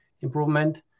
improvement